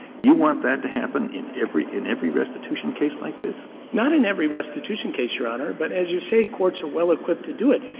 you want that to happen in every in every restitution case like this? green not in every restitution case, your honor. but as you say, courts are well equipped to do it.